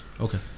Okay